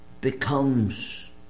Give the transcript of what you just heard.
becomes